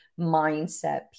mindset